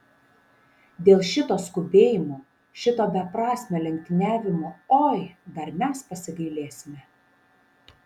dėl šito skubėjimo šito beprasmio lenktyniavimo oi dar mes pasigailėsime